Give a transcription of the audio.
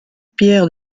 pierre